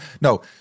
No